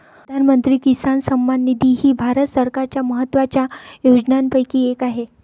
प्रधानमंत्री किसान सन्मान निधी ही भारत सरकारच्या महत्वाच्या योजनांपैकी एक आहे